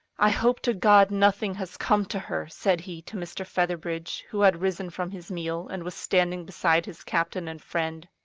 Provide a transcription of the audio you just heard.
i hope to god nothing has come to her! said he to mr. featherbridge, who had risen from his meal, and was standing beside his captain and friend.